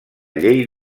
llei